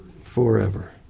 forever